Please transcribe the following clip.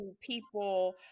people